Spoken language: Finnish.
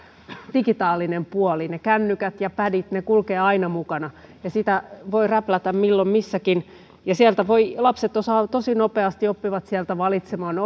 digitaalinen puoli ne kännykät ja pädit ja ne kulkevat aina mukana niitä voi räplätä milloin missäkin ja sieltä lapset osaavat valita tosi nopeasti oppivat sieltä valitsemaan